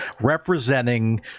Representing